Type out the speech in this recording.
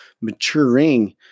maturing